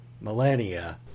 millennia